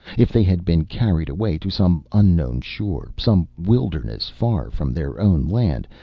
if they had been carried away to some unknown shore, some wilderness far from their own land,